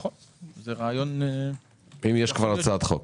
אם יש כבר הצעת חוק